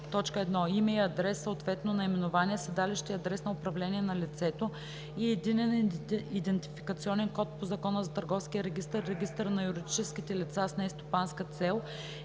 1. име и адрес, съответно наименование, седалище и адрес на управление на лицето и единен идентификационен код по Закона за търговския регистър и регистъра на юридическите лица с нестопанска цел